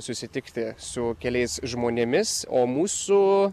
susitikti su keliais žmonėmis o mūsų